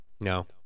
No